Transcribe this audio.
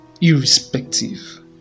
irrespective